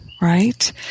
right